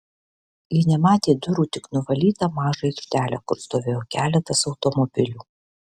ji nematė durų tik nuvalytą mažą aikštelę kur stovėjo keletas automobilių